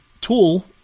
tool